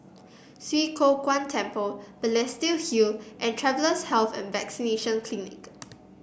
Swee Kow Kuan Temple Balestier Hill and Travellers' Health and Vaccination Clinic